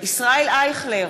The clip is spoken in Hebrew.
ישראל אייכלר,